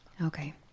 Okay